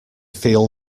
feel